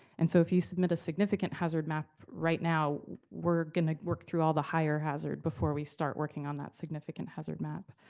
and so if you submit a significant hazard map right now, we're gonna work through all the higher hazard before we start working on that significant hazard map.